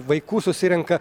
vaikų susirenka